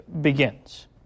begins